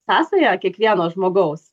sąsaja kiekvieno žmogaus